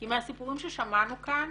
כי מהסיפורים ששמענו כאן